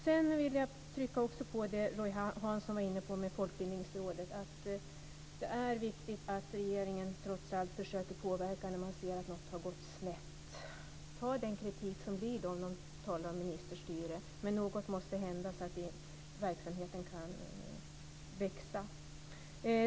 Jag vill också trycka på Folkbildningsrådet, som Roy Hansson var inne på, och att det är viktigt att regeringen trots allt försöker påverka när man ser att något har gått snett. Ta då kritiken om det blir tal om ministerstyre! Något måste hända så att verksamheten kan växa.